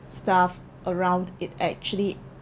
stuff around it actually